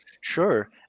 sure